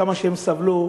כמה שהם סבלו.